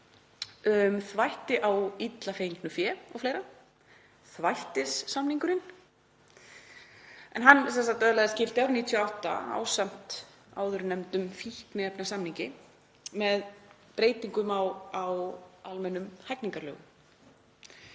þvætti á illa fengnu fé og fleira, þvættissamningurinn. Hann öðlaðist gildi árið 1998 ásamt áðurnefndum fíkniefnasamningi með breytingum á almennum hegningarlögum.